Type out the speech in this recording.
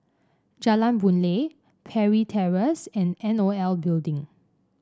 Jalan Boon Lay Parry Terrace and N O L Building